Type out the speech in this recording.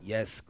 Yes